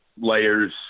layers